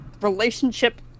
relationship